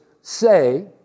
say